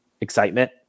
excitement